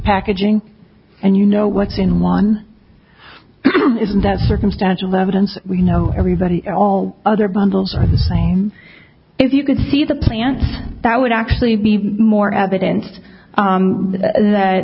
packaging and you know what's in one isn't that circumstantial evidence we know everybody all other bundles of the same if you could see the plants that would actually be more evidence that